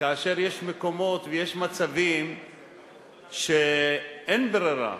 כאשר יש מקומות ויש מצבים שאין ברירה.